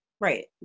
Right